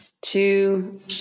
two